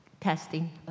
Testing